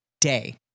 day